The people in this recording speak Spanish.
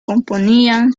componían